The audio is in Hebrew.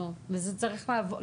אני חושב שזה עבר קריאה ראשונה.